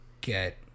get